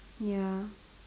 ya